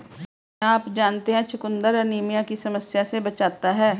क्या आप जानते है चुकंदर एनीमिया की समस्या से बचाता है?